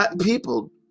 people